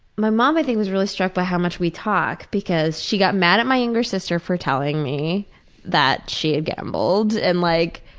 my mom, i think was really struck by how much we talk because she got mad at younger sister for telling me that she gambled, and like,